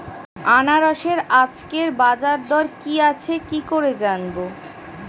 আনারসের আজকের বাজার দর কি আছে কি করে জানবো?